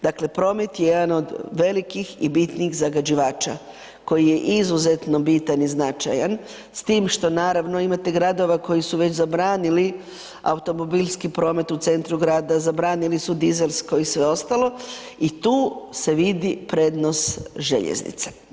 Dakle promet je jedan od velikih i bitnih zagađivača koji je izuzetno bitan i značajan s tim što naravno imate gradova koji su već zabranili automobilski promet u centru grada, zabranili dizelsko i sve ostalo i tu se vidi prednost željeznice.